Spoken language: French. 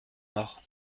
mort